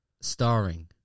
starring